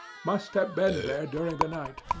must have been there during the night.